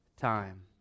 time